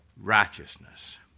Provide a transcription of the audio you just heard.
righteousness